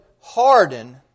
harden